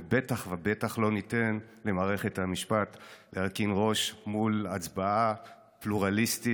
ובטח ובטח לא ניתן שמערכת המשפט תרכין ראש מול הצבעה פלורליסטית